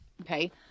okay